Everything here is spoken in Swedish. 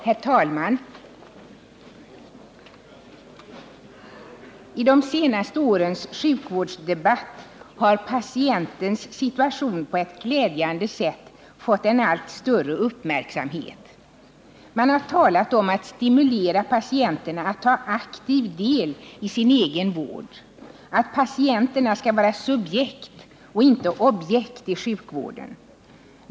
Herr talman! I de senaste årens sjukvårdsdebatt har patientens situation på ett glädjande sätt fått en allt större uppmärksamhet. Man har talat om att stimulera patienterna att ta aktiv del i sin egen vård, att patienterna skall vara subjekt och inte objekt i sjukvården.